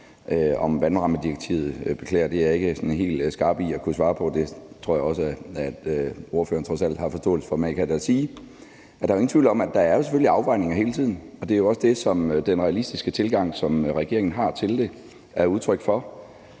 om vandrammedirektivet, og jeg beklager, men det er jeg ikke sådan helt skarp i at kunne svare på. Det tror jeg også spørgeren trods alt har forståelse for. Men jeg kan da sige, at der jo ikke er nogen tvivl om, at der selvfølgelig er afvejninger hele tiden, og det er jo også det, som den realistiske tilgang, som regeringen har til det, er et udtryk for.